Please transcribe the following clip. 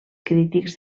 crítics